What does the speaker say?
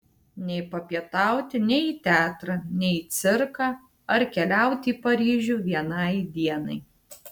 nei papietauti nei į teatrą nei į cirką ar keliauti į paryžių vienai dienai